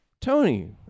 Tony